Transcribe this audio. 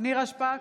נירה שפק,